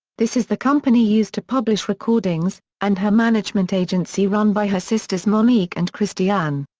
this is the company used to publish recordings, and her management agency run by her sisters monique and christiane.